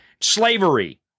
slavery